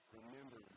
remember